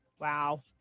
Wow